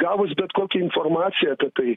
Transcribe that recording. gavus bet kokią informaciją apie tai